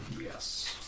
Yes